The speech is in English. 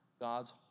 God's